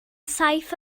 saith